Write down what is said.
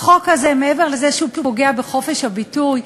החוק הזה, מעבר לזה שהוא פוגע בחופש הביטוי,